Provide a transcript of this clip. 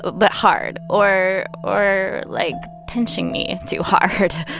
but hard. or or like pinching me too hard.